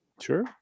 Sure